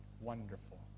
wonderful